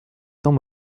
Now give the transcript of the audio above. temps